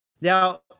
Now